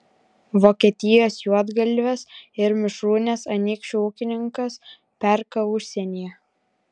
vokietijos juodgalves ir mišrūnes anykščių ūkininkas perka užsienyje